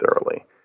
thoroughly